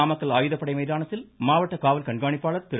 நாமக்கல் ஆயுதப்படை மைதானத்தில் மாவட்ட காவல் கண்காணிப்பாளர் திரு